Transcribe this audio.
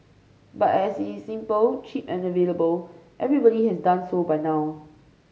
but as it is simple cheap and available everybody has done so by now